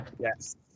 yes